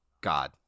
God